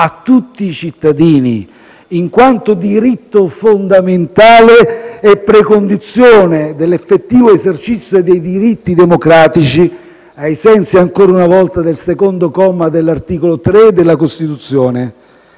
a tutti i cittadini, in quanto diritto fondamentale e precondizione dell'effettivo esercizio dei diritti democratici, ai sensi ancora una volta del secondo comma dell'articolo 3 della Costituzione.